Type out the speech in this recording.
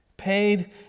paid